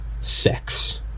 sex